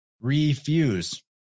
Refuse